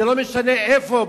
לא משנה איפה,